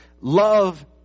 Love